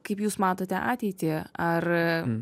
kaip jūs matote ateitį ar